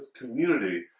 community